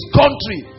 country